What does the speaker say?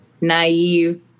naive